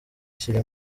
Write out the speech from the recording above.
ashyira